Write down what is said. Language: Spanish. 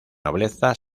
nobleza